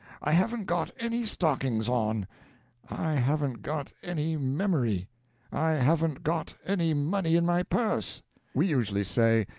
i haven't got any stockings on i haven't got any memory i haven't got any money in my purse we usually say,